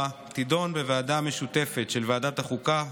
תידון בוועדה משותפת של ועדת החוקה,